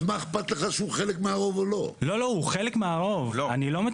אז מה אכפת לך שהוא חלק מהרוב או לא.